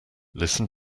listen